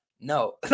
No